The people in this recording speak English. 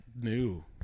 new